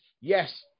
yes